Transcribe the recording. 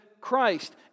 Christ